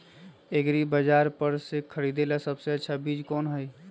एग्रिबाजार पर से खरीदे ला सबसे अच्छा चीज कोन हई?